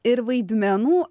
ir vaidmenų